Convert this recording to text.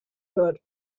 wird